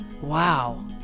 Wow